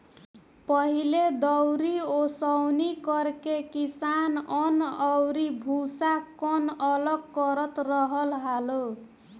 पहिले दउरी ओसौनि करके किसान अन्न अउरी भूसा, कन्न अलग करत रहल हालो